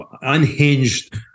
unhinged